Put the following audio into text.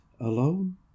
alone